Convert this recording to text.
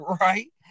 Right